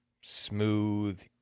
smooth